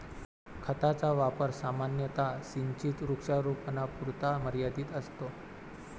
खताचा वापर सामान्यतः सिंचित वृक्षारोपणापुरता मर्यादित असतो